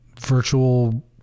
virtual